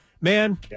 Man